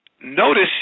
notice